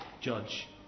judge